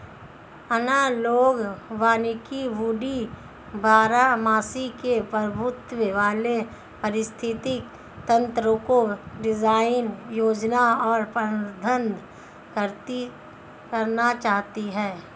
analogue वानिकी woody बारहमासी के प्रभुत्व वाले पारिस्थितिक तंत्रको डिजाइन, योजना और प्रबंधन करना चाहती है